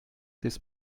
this